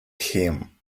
him